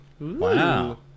Wow